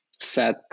Set